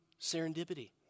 Serendipity